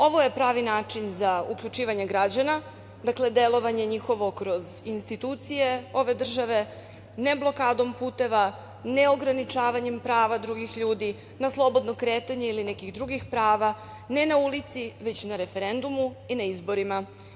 Ovo je pravi način za uključivanje građana, njihovo delovanje kroz institucije ove države, ne blokadom puteva, ne ograničavanjem prava drugih ljudi na slobodno kretanje ili nekih drugih prava, ne na ulici, već na referendumu i na izborima.